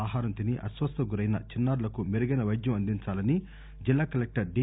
ఆహారం తిని అస్వస్థతకు గురైన చిన్నారులకు మెరుగైన పైద్యం అందించాలని జిల్లా కలెక్టర్ డి